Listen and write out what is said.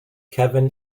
kevin